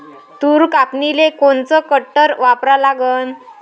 तूर कापनीले कोनचं कटर वापरा लागन?